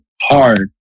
hard